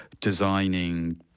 designing